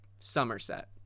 Somerset